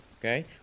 Okay